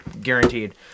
guaranteed